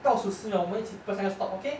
倒数十秒我们一起 press 那个 stop okay